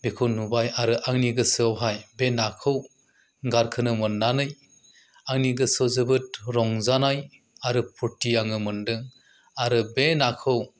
बेखौ नुबाय आरो आंनि गोसोयावहाय बे नाखौ गारखोनो मोन्नानै आंनि गोसोयाव जोबोद रंजानाय आरो फुरथि आङो मोनदों आरो बे नाखौ